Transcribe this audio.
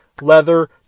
Leather